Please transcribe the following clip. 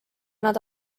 nad